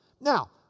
now